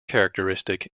characteristic